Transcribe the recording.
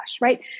right